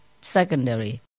secondary